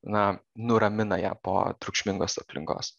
na nuramina ją po triukšmingos aplinkos